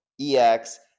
EX